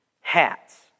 hats